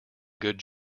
good